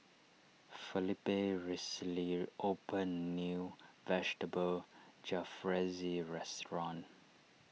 Felipe recently opened new Vegetable Jalfrezi restaurant